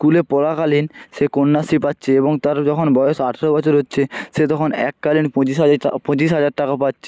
স্কুলে পড়া কালীন সে কন্যাশ্রী পাচ্ছে এবং তারা যখন বয়স আঠেরো বছর হচ্ছে সে তখন এককালীন পঁচিশ হাজার টা পঁচিশ হাজার টাকা পাচ্ছে